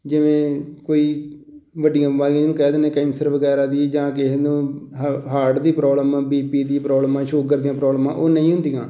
ਜਿਵੇਂ ਕੋਈ ਵੱਡੀਆਂ ਬਿਮਾਰੀਆਂ ਜਿਹਨੂੰ ਕਹਿ ਦਿੰਦੇ ਕੈਂਸਰ ਵਗੈਰਾ ਦੀ ਜਾਂ ਕਿਸੇ ਨੂੰ ਹਾ ਹਾਰਟ ਦੀ ਪ੍ਰੋਬਲਮ ਆ ਬੀ ਪੀ ਦੀ ਪ੍ਰੋਬਲਮ ਆ ਸ਼ੂਗਰ ਦੀਆਂ ਪ੍ਰੋਬਲਮਾਂ ਉਹ ਨਹੀਂ ਹੁੰਦੀਆਂ